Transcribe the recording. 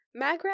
Magrat